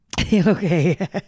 Okay